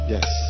Yes